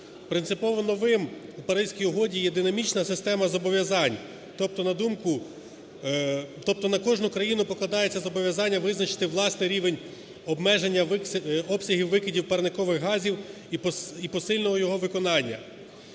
Принципово новим у Паризькій угоді є динамічна система зобов'язань, тобто на думку… тобто на кожну країну покладається зобов'язання визначити власний рівень обмеження обсягів викидів парникових газів і посильного його виконання.